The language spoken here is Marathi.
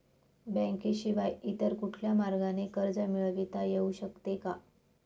बँकेशिवाय इतर कुठल्या मार्गाने कर्ज मिळविता येऊ शकते का?